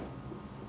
mm